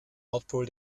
nordpol